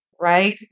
right